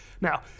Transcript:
Now